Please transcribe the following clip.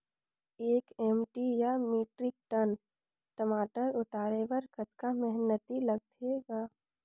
एक एम.टी या metric ton टमाटर उतारे बर कतका मेहनती लगथे ग?